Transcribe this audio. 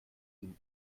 ihm